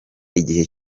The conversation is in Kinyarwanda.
igihe